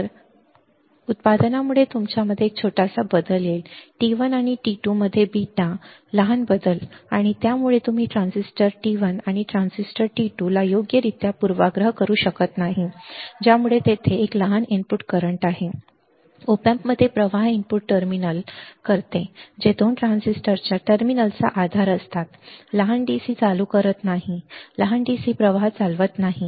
तर परंतु उत्पादनामुळे तुमच्या मध्ये एक छोटासा बदल होईल T1 आणि T2 मध्ये β मध्ये लहान बदल आणि त्या मुळे तुम्ही ट्रान्झिस्टर T1 आणि T2 ला योग्यरित्या पूर्वाग्रह करू शकत नाही आणि ज्यामुळे तेथे एक लहान इनपुट करंट आहे ऑप एम्पमध्ये प्रवाह इनपुट टर्मिनल करते जे 2 ट्रान्झिस्टरच्या टर्मिनलचा आधार असतात लहान DC चालू करत नाहीत लहान DC प्रवाह चालवत नाहीत